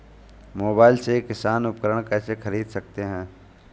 Mobile से किसान उपकरण कैसे ख़रीद सकते है?